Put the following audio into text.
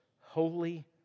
holy